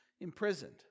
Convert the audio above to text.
imprisoned